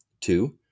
Two